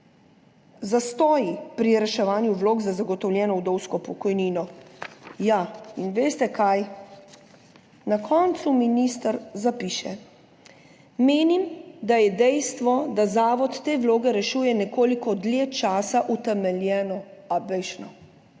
zastoji pri reševanju vlog za zagotovljeno vdovsko pokojnino. Veste, kaj? Na koncu minister zapiše: »Menim, da je dejstvo, da zavod te vloge rešuje nekoliko dlje časa, utemeljeno.« A